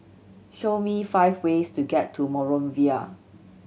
show me five ways to get to Monrovia